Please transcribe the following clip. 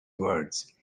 words